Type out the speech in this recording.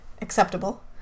acceptable